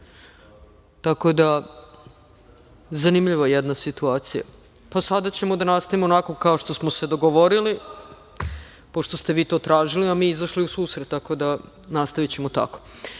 Tako da je zanimljiva jedna situacija. P, sada ćemo da nastavimo onako kao što smo se dogovorili, pošto ste vi to tražili, a mi izašli u susret, tako da ćemo nastaviti tako.U